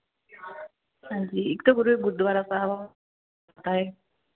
ਹਾਂਜੀ ਇੱਕ ਤਾਂ ਉਰੇ ਗੁਰਦੁਆਰਾ ਸਾਹਿਬ ਆ